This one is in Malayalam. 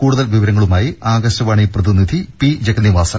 കൂടുതൽ വിവരങ്ങളുമായി ആകാശവാണി പ്രതിനിധി പി ജഗന്നിവാസൻ